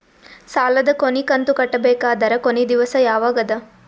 ಸಾಲದ ಕೊನಿ ಕಂತು ಕಟ್ಟಬೇಕಾದರ ಕೊನಿ ದಿವಸ ಯಾವಗದ?